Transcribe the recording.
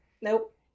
Nope